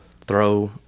throw –